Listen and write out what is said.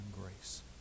grace